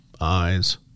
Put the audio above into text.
eyes